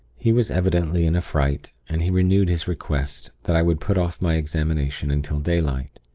he was evidently in a fright, and he renewed his request that i would put off my examination until daylight.